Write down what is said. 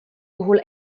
puhul